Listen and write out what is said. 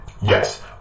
Yes